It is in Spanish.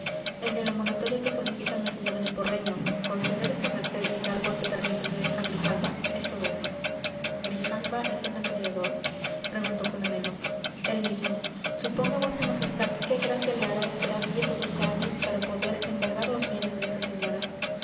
el de la moratoria que solicitan las señoras de porreño conceder esa merced y dar golpe terrible a grijalva es todo uno grijalva es el acreedor preguntó con anhelo el mismo suponga vuestra majestad qué gracia le hará esperar diez o doce años para poder embargar los bienes de esas señoras